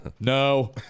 no